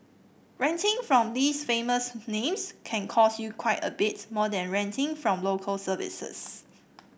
renting from these famous names can cost you quite a bit more than renting from Local Services